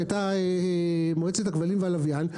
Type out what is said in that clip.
שהייתה מועצת הכבלים והלוויין,